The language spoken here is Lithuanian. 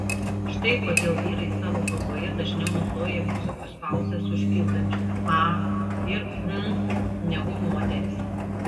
štai kodėl vyrai savo kalboje dažniau naudoja visokius pauzes užpildančius a ir hm negu moterys